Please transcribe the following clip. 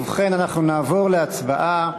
ובכן, אנחנו נעבור להצבעה.